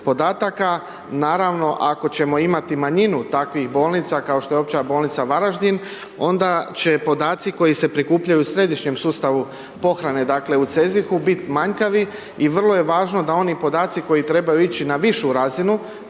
podataka. Naravno ako ćemo imati manjinu takvih bolnica kao što je Opća bolnica Varaždin onda će podaci koji se prikupljaju u središnjem sustavu pohrane, dakle u CEZIH-u biti manjkavi. I vrlo je važno da oni podaci koji trebaju ići na višu razinu,